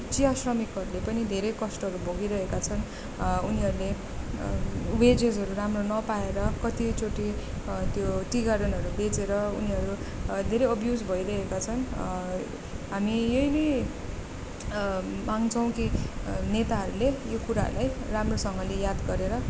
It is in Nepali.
चिया श्रमिकहरूले पनि धेरै कष्टहरू भोगिरहेका छन् उनीहरूले वेजेजहरू राम्रो नपाएर कतिचोटि त्यो टी गार्डनहरू बेचेर उनीहरू धेरै अब्युज भइरहेका छन् हामी यही नै माग्छौँ कि नेताहरूले यो कुराहरूलाई राम्रोसँगले याद गरेर